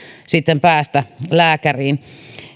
päästä lääkäriin